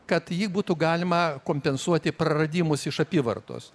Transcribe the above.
kad jį būtų galima kompensuoti praradimus iš apyvartos